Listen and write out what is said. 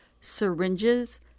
syringes